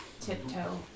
tiptoe